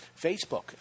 Facebook